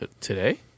Today